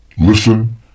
listen